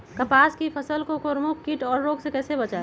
कपास की फसल को प्रमुख कीट और रोग से कैसे बचाएं?